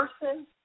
person